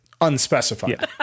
unspecified